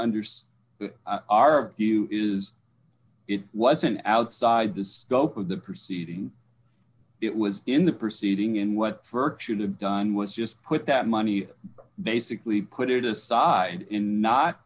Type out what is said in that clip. understand our view is it wasn't outside the scope of the proceeding it was in the proceeding in what should have done was just put that money basically put it aside in not